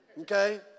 Okay